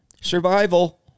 Survival